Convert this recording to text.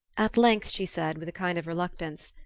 at length she said, with a kind of reluctance,